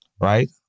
right